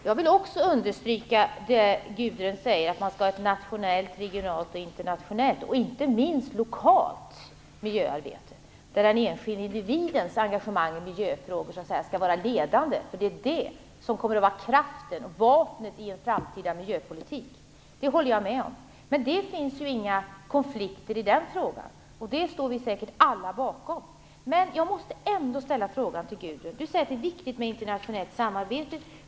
Fru talman! Jag vill också understryka det Gudrun Lindvall säger att man skall ha ett nationellt, regionalt och internationellt, och inte minst lokalt, miljöarbete. Den enskilde individens engagemang i miljöfrågor skall vara ledande. Detta kommer att vara kraften och vapnet i en framtida miljöpolitik. Det håller jag med om. Det finns ju inga konflikter i den frågan. Det står vi säkert alla bakom. Men jag måste ändå ställa en fråga till Gudrun Lindvall. Hon säger att det är viktigt med internationellt samarbete.